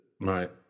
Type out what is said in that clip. Right